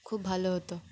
খুব ভালো হতো